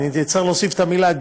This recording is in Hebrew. צריך להוסיף את המילה,